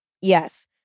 Yes